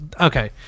Okay